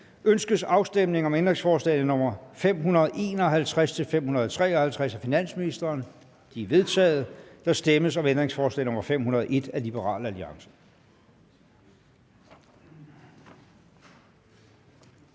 Ønskes afstemning om ændringsforslag nr. 551-553 af finansministeren? De er vedtaget. Der stemmes om ændringsforslag nr. 501 af Liberal Alliance.